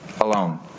alone